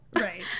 Right